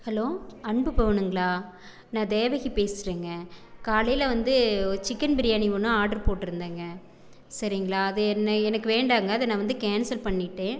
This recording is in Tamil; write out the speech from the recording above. ஹலோ அன்பு பவனுங்களா நான் தேவகி பேசுகிறேன்ங்க காலையில் வந்து ஒரு சிக்கன் பிரியாணி ஒன்று ஆடர் போட்டிருந்தேன்ங்க சரிங்களா அது என்ன எனக்கு வேண்டாங்க அது நான் வந்து கேன்சல் பண்ணிவிட்டேன்